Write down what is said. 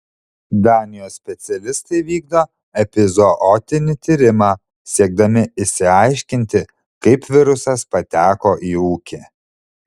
danijos specialistai vykdo epizootinį tyrimą siekdami išsiaiškinti kaip virusas pateko į ūkį